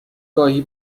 گاهی